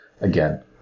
again